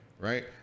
right